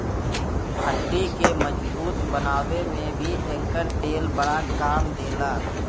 हड्डी के मजबूत बनावे में भी एकर तेल बड़ा काम देला